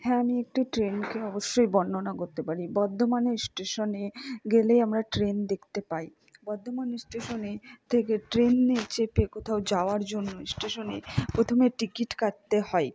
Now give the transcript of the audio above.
হ্যাঁ আমি একটি ট্রেনকে অবশ্যই বর্ণনা করতে পারি বর্ধমানের স্টেশনে গেলে আমরা ট্রেন দেখতে পাই বর্ধমান স্টেশনে থেকে ট্রেনে চেপে কোথাও যাওয়ার জন্য স্টেশনে প্রথমে টিকিট কাটতে হয়